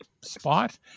spot